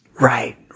Right